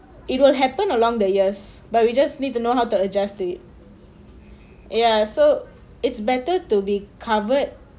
it will happen along the years but we just need to know how to adjust the ya so it's better to be covered